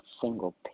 single